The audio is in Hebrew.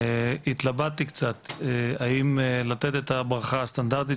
התלבטתי קצת האם לתת את הברכה הסטנדרטית